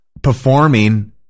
Performing